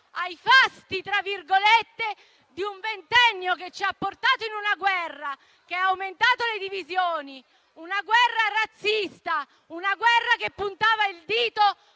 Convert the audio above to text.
a ritornare ai "fasti" di un ventennio che ci ha portato in una guerra che ha aumentato le divisioni. Una guerra razzista, una guerra che puntava il dito